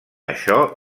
això